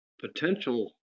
potential